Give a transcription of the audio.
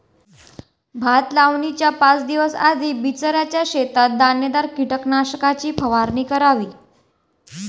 भात लावणीच्या पाच दिवस आधी बिचऱ्याच्या शेतात दाणेदार कीटकनाशकाची फवारणी करावी